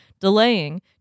delaying